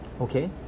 okay